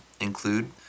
include